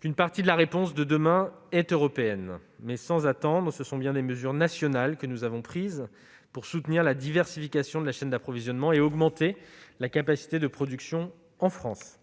qu'une partie de la réponse de demain est européenne. Mais, sans attendre, ce sont bien des mesures nationales que nous avons prises pour soutenir la diversification de la chaîne d'approvisionnement et augmenter la capacité de production en France.